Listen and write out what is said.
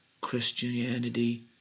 Christianity